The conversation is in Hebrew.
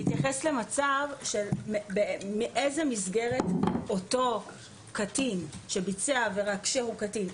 הוא התייחס למצב של מאיזו מסגרת אותו קטין שביצע עבירה כשהוא קטין,